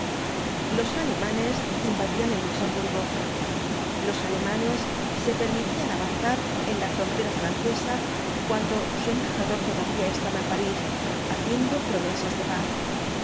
los alemanes invadían el luxemburgo los alemanes se permitían avanzar en la frontera francesa cuando su embajador todavía estaba en parís haciendo promesas de paz